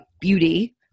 beauty